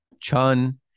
chun